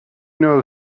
know